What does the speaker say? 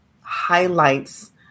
highlights